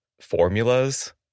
formulas